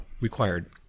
required